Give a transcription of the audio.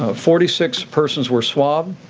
ah forty six persons were swab.